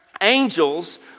Angels